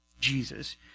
Jesus